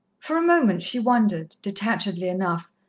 for a moment she wondered, detachedly enough,